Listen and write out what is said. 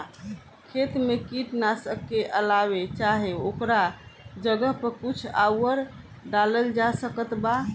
खेत मे कीटनाशक के अलावे चाहे ओकरा जगह पर कुछ आउर डालल जा सकत बा?